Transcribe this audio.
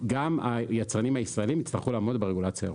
גם היצרנים הישראלים יצטרכו לעמוד ברגולציה האירופית.